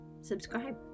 subscribe